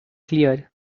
clear